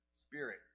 Spirit